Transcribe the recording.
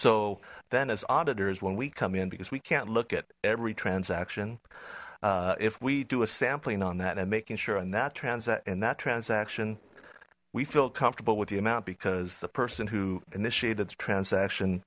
so then as auditors when we come in because we can't look at every transaction if we do a sampling on that and making sure in that transit in that transaction we feel comfortable with the amount because the person who initiated the transaction